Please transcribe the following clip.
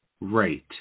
Right